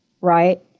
right